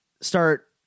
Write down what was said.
start